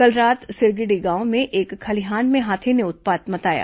कल रात सिरगिडी गांव में एक खलिहान में हाथी ने उत्पात मचाया